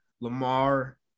Lamar